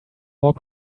more